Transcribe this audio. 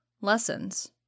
lessons